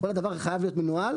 כל הדבר הזה חייב להיות מנוהל.